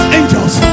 angels